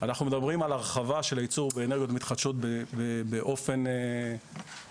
אנחנו מדברים על הרחבה של הייצור באנרגיות מתחדשות באופן גדול.